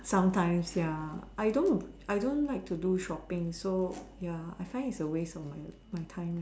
sometimes ya I don't I don't like to do shopping so ya I find is a waste of my my time